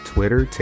Twitter